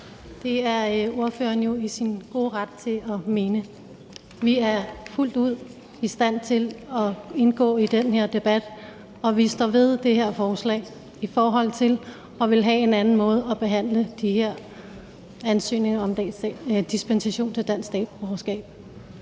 Det er spørgeren jo i sin gode ret til at mene. Vi er fuldt ud i stand til at indgå i den her debat, og vi står ved det forslag om at ville have en anden måde at behandle de her ansøgninger om dispensation til dansk statsborgerskab